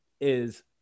is-